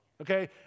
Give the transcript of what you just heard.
Okay